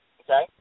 Okay